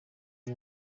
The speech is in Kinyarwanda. iyi